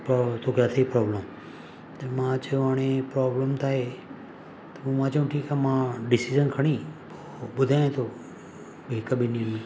pro तोखे अथई problem त मां चयो हाणे प्रोब्लम त आहे त मां चयो ठीकु आहे मां डिसीज़न खणी ॿुधायां थो हिकु ॿिनि ॾींहनि में